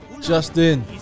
Justin